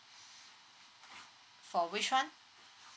for which one